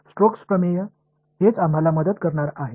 Stokes தேற்றம் தான் நமக்கு உதவப் போகிறது